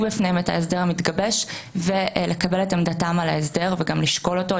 בפניהם את ההסדר המתגבש ולקבל את עמדתם על ההסדר וגם לשקול אותו.